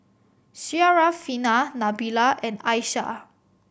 Syarafina Nabila and Aishah